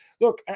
look